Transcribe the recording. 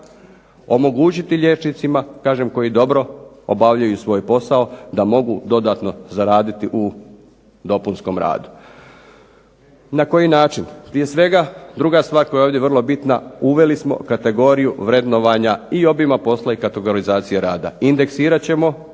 omogućiti liječnicima kažem koji dobro obavljaju svoj posao da mogu dodatno zaraditi u dopunskom radu. Na koji način? Prije svega druga stvar koja je ovdje vrlo bitna uveli smo kategoriju vrednovanja i obima posla i kategorizaciju rada. Indeksirat ćemo